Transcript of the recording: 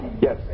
Yes